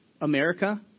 America